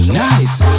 nice